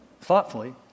thoughtfully